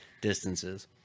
distances